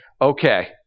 okay